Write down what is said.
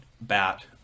bat